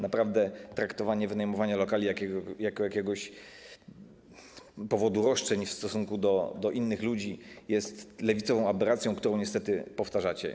Naprawdę traktowanie wynajmowania lokali jako jakiegoś powodu roszczeń w stosunku do innych ludzi jest lewicową aberracją, którą niestety powtarzacie.